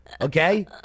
Okay